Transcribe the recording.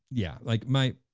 yeah, like my,